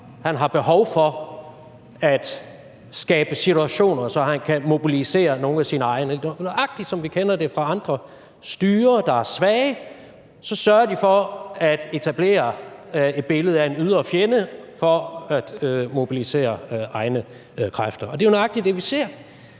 han har behov for at skabe situationer, så han kan mobilisere nogle af sine egne. Det er nøjagtig, som vi kender det fra andre styrer, der er svage – så sørger de for at etablere et billede af en ydre fjende for at mobilisere egne kræfter. Det er jo nøjagtig det, vi ser: